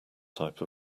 type